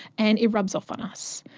and it rubs off on us.